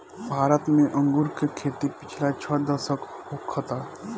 भारत में अंगूर के खेती पिछला छह दशक होखता